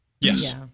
Yes